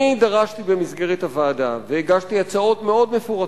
אני דרשתי במסגרת הוועדה והגשתי הצעות מאוד מפורטות: